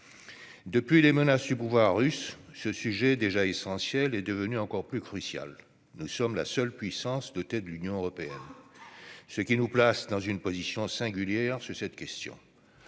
Depuis les menaces du pouvoir russe, ce sujet déjà essentiel est devenu encore plus crucial. Nous sommes la seule puissance dotée de l'arme nucléaire au sein de l'Union européenne, ce qui nous place dans une position singulière sur cette question.